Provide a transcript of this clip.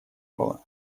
было